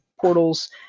portals